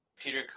Peter